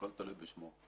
הכול תלוי בשמו.